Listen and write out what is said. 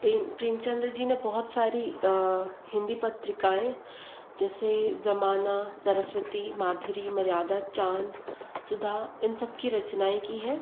pray Premchand ji ने बहुत सारी हिंदी पत्रिकाएं जैसे ज़माना सरस्वती माधुरी मर्यादा चाँद सुधा इन सबकी रचनाएँ की हैं